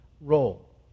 role